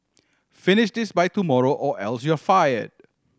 finish this by tomorrow or else you'll fired